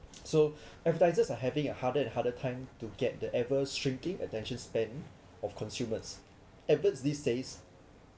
so advertisers are having a harder and harder time to get the ever shrinking attention span of consumers adverts these days